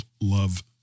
love